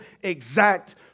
exact